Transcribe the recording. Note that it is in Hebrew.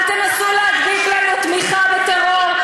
אל תנסו להדביק לנו תמיכה בטרור,